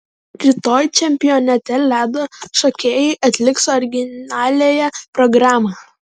rytoj čempionate ledo šokėjai atliks originaliąją programą